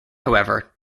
however